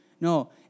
No